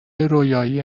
رویایی